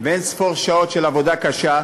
ואין-ספור שעות של עבודה קשה,